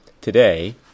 today